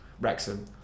Wrexham